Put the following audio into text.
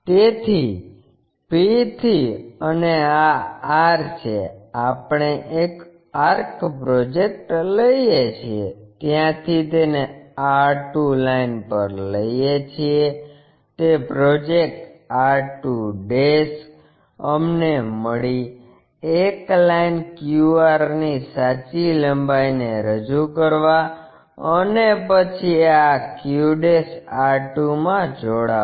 તેથી p થી અને આ r છે આપણે એક આર્ક પ્રોજેક્ટ લઈએ છીએ ત્યાંથી તેને r 2 લાઈન પર લઈએ છીએ તે પ્રોજેક્ટ r2 અમને મળી એક લાઈન qr ની સાચી લંબાઈને રજૂ કરવા અને પછી આ q r2 માં જોડાઓ